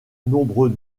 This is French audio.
nombreux